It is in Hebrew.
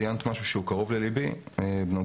ציינת משהו שהוא קרוב לליבי בנוגע